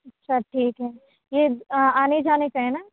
اچھا ٹھیک ہے یہ آنے جانے کا ہے نا